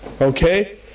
Okay